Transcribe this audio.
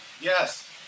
Yes